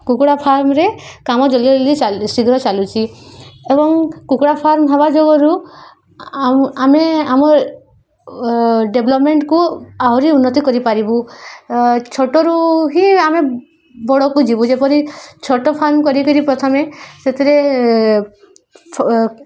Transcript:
କୁକୁଡ଼ା ଫାର୍ମ୍ରେ କାମ ଜଲ୍ଦି ଜଲ୍ଦି ଶୀଘ୍ର ଚାଲୁଛି ଏବଂ କୁକୁଡ଼ା ଫାର୍ମ୍ ହେବା ଯୋଗରୁ ଆଉ ଆମେ ଆମର ଡେଭଲପମେଣ୍ଟକୁ ଆହୁରି ଉନ୍ନତି କରିପାରିବୁ ଛୋଟରୁ ହିଁ ଆମେ ବଡ଼କୁ ଯିବୁ ଯେପରି ଛୋଟ ଫାର୍ମ୍ କରିକିରି ପ୍ରଥମେ ସେଥିରେ